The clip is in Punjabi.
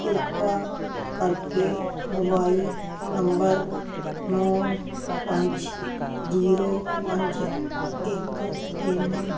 ਕਿਰਪਾ ਕਰਕੇ ਮੋਬਾਈਲ ਨੰਬਰ ਨੌ ਪੰਜ ਜ਼ੀਰੋ ਪੰਜ ਇੱਕ ਤਿੰਨ